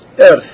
earth